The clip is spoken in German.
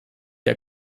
der